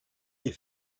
est